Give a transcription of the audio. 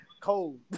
cold